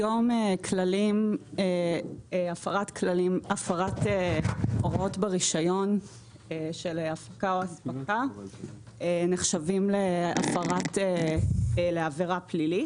היום הפרת הוראות ברישיון של הפקה או אספקה נחשבים לעבירה פלילית.